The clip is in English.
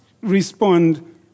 respond